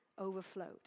overflowed